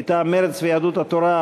מטעם מרצ ויהדות התורה.